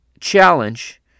challenge